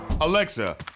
Alexa